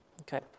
Okay